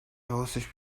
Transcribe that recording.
حواسش